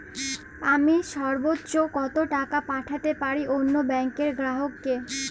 আমি সর্বোচ্চ কতো টাকা পাঠাতে পারি অন্য ব্যাংকের গ্রাহক কে?